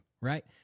right